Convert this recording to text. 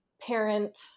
parent